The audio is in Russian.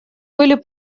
были